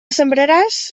sembraràs